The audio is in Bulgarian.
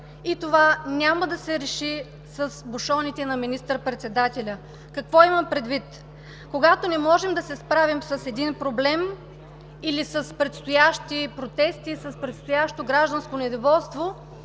и това няма да се реши с бушоните на министър-председателя. Какво имам предвид? Когато не можем да се справим с един проблем или с предстоящи протести, с предстоящо гражданско недоволство,